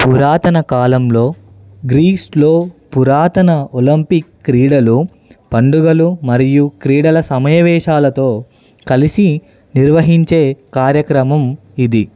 పురాతన కాలంలో గ్రీస్లో పురాతన ఒలంపిక్ క్రీడలు పండుగలు మరియు క్రీడల సమయవేశాలతో కలిసి నిర్వహించే కార్యక్రమం ఇది